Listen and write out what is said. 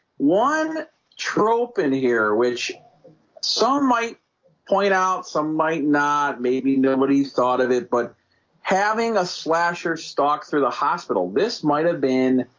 one trope in here which some might point out some might not maybe nobody's thought of it but having a slasher stock through the hospital. this might have been